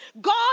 God